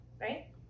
right